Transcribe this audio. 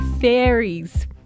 fairies